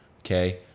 okay